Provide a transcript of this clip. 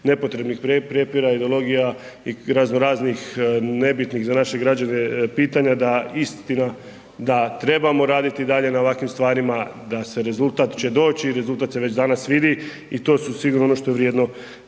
nepotrebnih prijepora, ideologija i razno raznih nebitnih za naše građane pitanja da, istina da trebamo raditi i dalje na ovakvim stvarima, da se, rezultat će doći i rezultat se već danas vidi i to su sigurno ono što je vrijedno